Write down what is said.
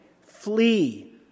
Flee